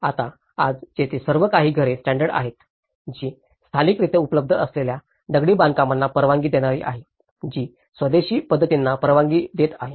आता आज तेथे काही विशिष्ट घरे स्टॅण्डर्ड आहेत जी स्थानिकरीत्या उपलब्ध असलेल्या दगडी बांधकामांना परवानगी देणारी आहे जी स्वदेशी पद्धतींना परवानगी देत आहे